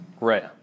Right